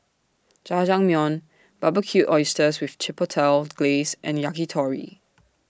Jajangmyeon Barbecued Oysters with Chipotle Glaze and Yakitori